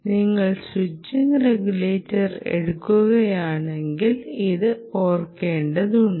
നിങ്ങൾ switching regulator എടുക്കുകയാണെങ്കിൽ ഇത് കണക്കാക്കേണ്ടതുണ്ട്